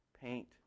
paint